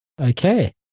Okay